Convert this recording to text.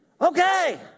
Okay